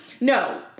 No